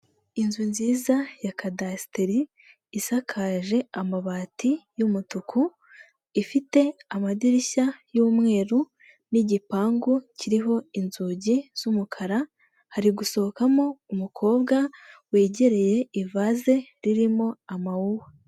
Inzu nziza ya cadasiteri isakaje amabati y'umutuku ifite amadirishya y'umweru n'igipangu kiriho inzugi z'umukara hari gusohokamo umukobwa wegereye ivaze ririmo amawuwa.